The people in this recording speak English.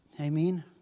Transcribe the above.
Amen